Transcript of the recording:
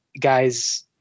guys